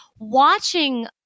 Watching